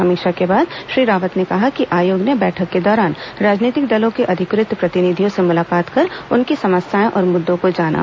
समीक्षा के बाद श्री रावत ने कहा कि आयोग ने बैठक के दौरान राजनीतिक दलों के अधिकृत प्रतिनिधियों से मुलाकात कर उनकी समस्याएं और मुद्दों को जाना